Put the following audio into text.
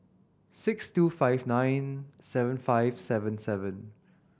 six two five nine seven five seven seven